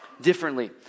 differently